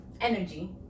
energy